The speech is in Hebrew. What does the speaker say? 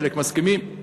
חלק מסכימים,